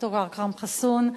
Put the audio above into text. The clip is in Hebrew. ד"ר אכרם חסון.